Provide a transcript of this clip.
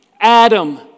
Adam